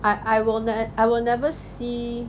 I I will I will never see